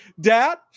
dad